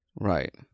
right